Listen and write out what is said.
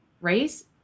race